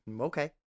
Okay